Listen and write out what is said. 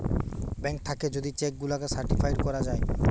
bank থাকে যদি cheque গুলাকে সার্টিফাইড করা যায়